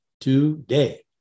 today